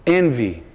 envy